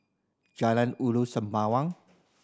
Jalan Ulu Sembawang